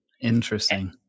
Interesting